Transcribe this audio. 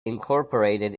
incorporated